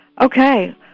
Okay